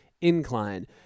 incline